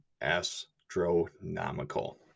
astronomical